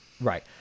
Right